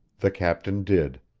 the captain did.